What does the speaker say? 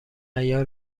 عیار